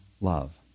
love